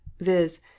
viz